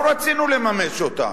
לא רצינו לממש אותה,